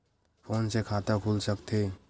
Phone से खाता खुल सकथे?